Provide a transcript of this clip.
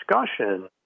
discussion